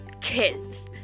kids